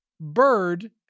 bird